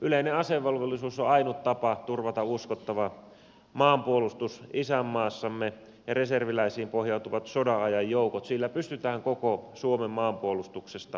yleinen asevelvollisuus on ainut tapa turvata uskottava maanpuolustus isänmaassamme ja reserviläisiin pohjautuvilla sodanajan joukoilla pystytään koko suomen maanpuolustuksesta huolehtimaan